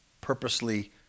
purposely